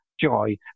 joy